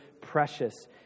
precious